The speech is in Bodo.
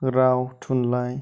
राव थुनलाइ